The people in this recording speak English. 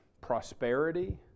prosperity